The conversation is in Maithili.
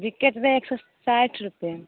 बिकेट दै हइ एक सओ साठि रुपैए